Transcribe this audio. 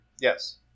Yes